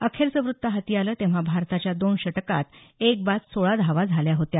अखेरचं वृत्त हाती आलं तेव्हा भारताच्या दोन षटकांत एक बाद सोळा धावा झाल्या होत्या